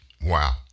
wow